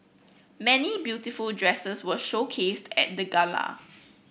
many beautiful dresses were showcased at the gala